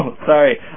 sorry